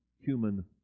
human